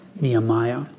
Nehemiah